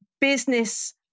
business